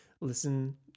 listen